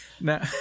now